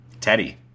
Teddy